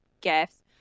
gifts